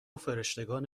فرشتگان